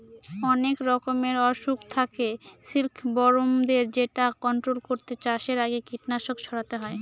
অনেক রকমের অসুখ থাকে সিল্কবরমদের যেটা কন্ট্রোল করতে চাষের আগে কীটনাশক ছড়াতে হয়